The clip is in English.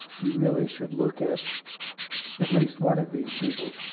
you really should look at at least one of these people,